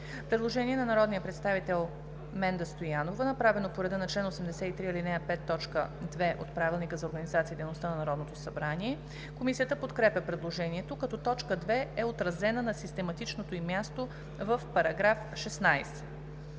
Предложение на народния представител Менда Стоянова, направено по реда на чл. 83, ал. 5, т. 2 от Правилника за организацията и дейността на Народното събрание. Комисията подкрепя предложението, като т. 2 е отразена на систематичното ѝ място в § 16.